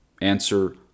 Answer